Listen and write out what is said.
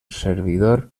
servidor